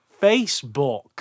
Facebook